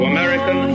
American